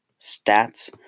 stats